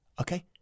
Okay